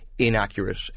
inaccurate